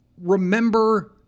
Remember